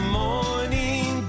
morning